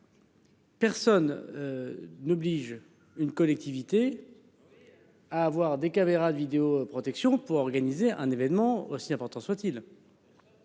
Personne. N'oblige une collectivité. À avoir des caméras de vidéo protection pour organiser un événement aussi important soit-il.